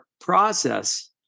process